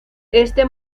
este